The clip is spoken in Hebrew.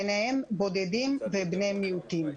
ביניהן בודדים ובני מיעוטים.